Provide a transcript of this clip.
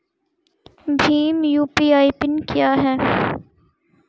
Bhim UPI PIN क्या है?